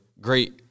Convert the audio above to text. great